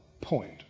point